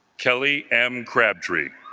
kelly m. crabtree